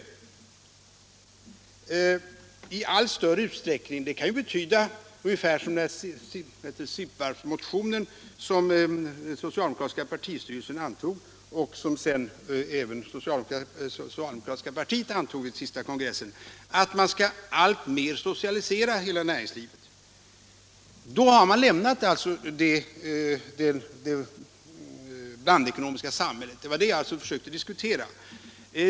”TI allt större utsträckning” kan ju betyda ungefär som Simpevarpsmotionen som den socialdemokratiska partistyrelsen antog och som sedan även det socialdemokratiska partiet antog vid den senaste kongressen, att man alltmer skall socialisera hela näringslivet. Då har man lämnat det blandekonomiska samhället. Det var det jag försökte diskutera.